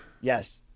Yes